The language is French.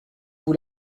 vous